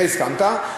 לזה הסכמת.